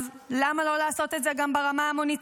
אז למה לא לעשות את זה גם ברמה המוניציפלית?